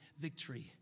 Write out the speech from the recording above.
victory